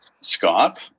Scott